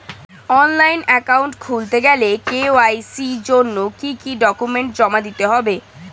Online account খুলতে গেলে KYC জন্য কি কি ডকুমেন্ট জমা দিতে হবে?